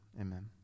amen